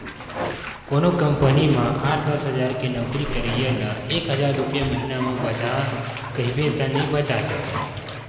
कोनो कंपनी म आठ, दस हजार के नउकरी करइया ल एक हजार रूपिया महिना म बचा कहिबे त नइ बचा सकय